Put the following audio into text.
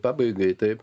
pabaigai taip